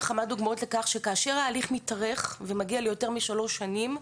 לכך, שכאשר ההליך מתארך ומגיע ליותר משלוש שנים,